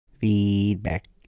Feedback